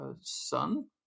son